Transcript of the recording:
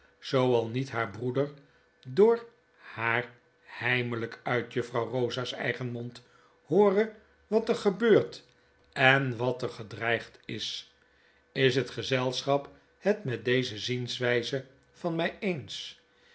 helena zooal niet haar broeder door haar heimelyk uit juffrouw rosa's eigen mond hoore wat er gebeurd en wat er gedreigd is is het gezelschap het met deze zienswijze van my eens